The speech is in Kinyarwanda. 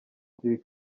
ibi